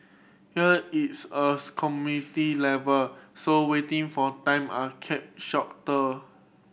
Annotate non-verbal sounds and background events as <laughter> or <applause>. here it's a <unintelligible> community level so waiting for time are kept shorter